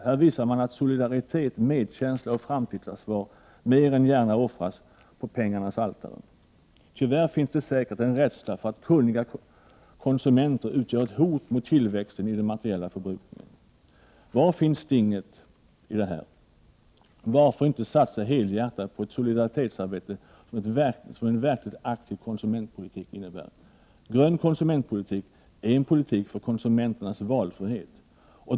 Här visar man att solidaritet, medkänsla och framtidsansvar mer än gärna offras på pengarnas altare! Tyvärr finns det säkert en rädsla för att kunniga konsumenter utgör ett hot mot tillväxten i den materiella förbrukningen. Var finns stinget i detta? Varför inte satsa helhjärtat på det solidaritetsarbete som en verkligt aktiv konsumentpolitik innebär? Grön konsumentpolitik är en politik för konsumenternas valfrihet.